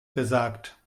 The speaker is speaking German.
gesagt